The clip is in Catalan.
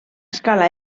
escala